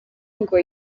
ngo